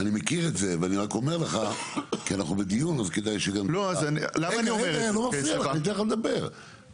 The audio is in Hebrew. מה שאני הבנתי, והוא תיכף גם יסביר את עצמו.